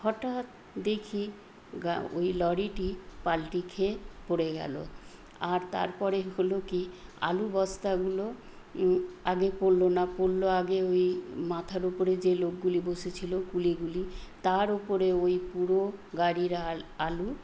হঠাৎ দেখি গা ওই লরিটি পাল্টি খেয়ে পড়ে গেল আর তারপরে হল কি আলু বস্তাগুলো আগে পড়ল না পড়ল আগে ওই মাথার ওপরে যে লোকগুলি বসে ছিল কুলিগুলি তার ওপরে ওই পুরো গাড়ির আলু